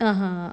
(uh huh)